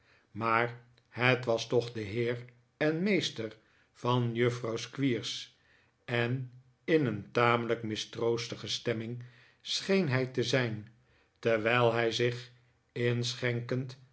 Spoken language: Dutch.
maar net was toch de heer en meester van juffrouw squeers en in een tamelijk mistroostige stemming scheen hij te zijn terwijl hij zich inschenkend